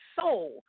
soul